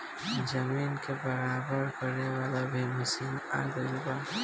जमीन के बराबर करे वाला भी मशीन आ गएल बा